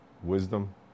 wisdom